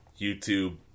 YouTube